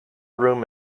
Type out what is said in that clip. room